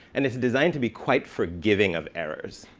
and it's designed to be quite forgiving of errors.